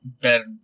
better